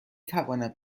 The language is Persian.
توانم